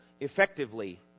effectively